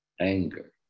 anger